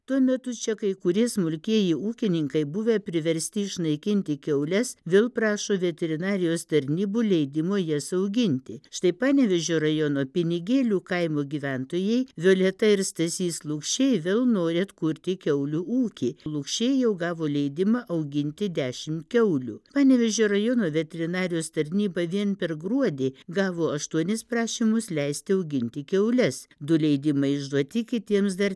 tuo metu čekai kurie smulkieji ūkininkai buvę priversti išnaikinti kiaules vėl prašo veterinarijos tarnybų leidimo jas auginti štai panevėžio rajono pinigėlių kaimo gyventojai violeta ir stasys lukšiai vėl nori atkurti kiaulių ūkį lukšiai jau gavo leidimą auginti dešim kiaulių panevėžio rajono veterinarijos tarnyba vien per gruodį gavo aštuonis prašymus leisti auginti kiaules du leidimai išduoti kitiems dar